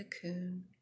cocoon